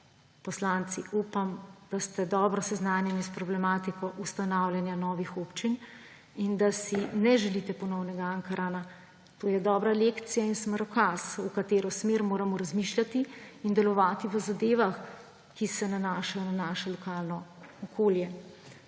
poslanci, upam, da ste dobro seznanjeni s problematiko ustanavljanja novih občin in da si ne želite ponovnega Ankarana. To je dobra lekcija in smerokaz, v katero smer moramo razmišljati in delovati v zadevah, ki se nanašajo na naše lokalno okolje.